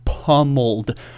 Pummeled